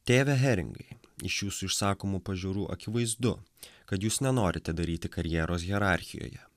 tėve heringai iš jūsų išsakomų pažiūrų akivaizdu kad jūs nenorite daryti karjeros hierarchijoje